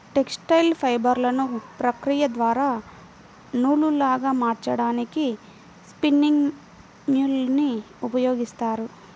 textile ఫైబర్లను ప్రక్రియ ద్వారా నూలులాగా మార్చడానికి స్పిన్నింగ్ మ్యూల్ ని ఉపయోగిస్తారు